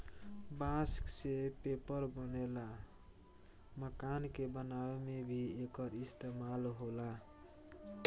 बांस से पेपर बनेला, मकान के बनावे में भी एकर इस्तेमाल होला